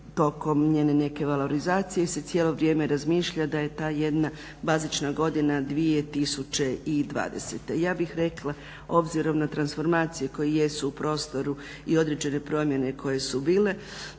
tokom njene neke valorizacije se cijelo vrijeme razmišlja da je ta jedna bazična godina 2020., ja bih rekla obzirom na transformacije koje jesu u prostoru i određene promjene koje su bile